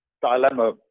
dilemma